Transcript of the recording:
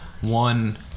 one